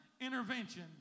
intervention